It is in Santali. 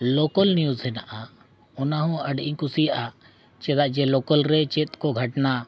ᱞᱳᱠᱟᱞ ᱱᱤᱭᱩᱡᱽ ᱦᱮᱱᱟᱜᱼᱟ ᱚᱱᱟ ᱦᱚᱸ ᱟᱹᱰᱤᱧ ᱠᱩᱥᱤᱭᱟᱜᱼᱟ ᱪᱮᱫᱟᱜ ᱡᱮ ᱞᱳᱠᱟᱞ ᱨᱮ ᱪᱮᱫ ᱠᱚ ᱜᱷᱟᱴᱱᱟ